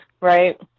right